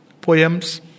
poems